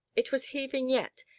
it was heaving yet,